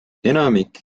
enamik